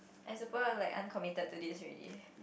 as a pro I am like uncommitted to this already